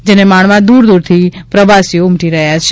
જેને માણવા દુરદુરથી પ્રવાસીઓ ઉમટી રહ્યા છે